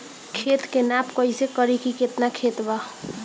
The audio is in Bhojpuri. खेत के नाप कइसे करी की केतना खेत बा?